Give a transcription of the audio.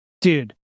dude